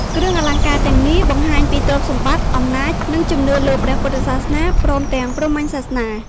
គ្រឿងអលង្ការទាំងនេះ បង្ហាញពីទ្រព្យសម្បត្តិ អំណាច និងជំនឿលើព្រះពុទ្ធសាសនា ព្រមទាំងព្រហ្មញ្ញសាសនា។